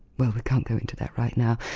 well, we can't go into that right now,